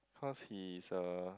cause he's a